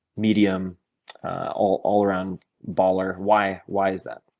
medium all all around baller. why why is that?